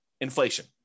Inflation